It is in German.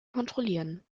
kontrollieren